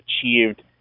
achieved